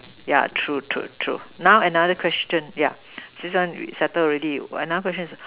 yeah true true true now another question yeah this one we settled already another question is